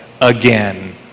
again